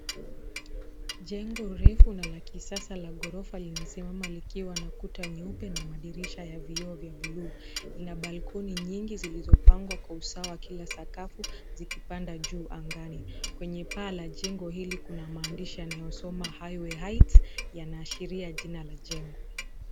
Jengo refu na la kisasa la ghorofa linasimama likiwa na kuta nyeupe na madirisha ya vioo vya buluu. Ina balkoni nyingi zilizopangwa kwa usawa kila sakafu zikipanda juu angani. Kwenye paa la jengo hili kuna maandishi yanayosoma highway heights yanaashiria jina la jengo.